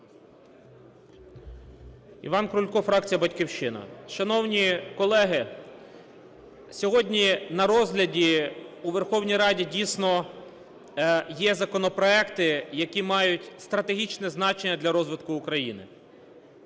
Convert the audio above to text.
Іван Крулько, фракція "Батьківщина". Шановні колеги, сьогодні на розгляді у Верховній Раді, дійсно, є законопроекти, які мають стратегічне значення для розвитку України.